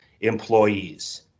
employees